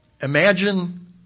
Imagine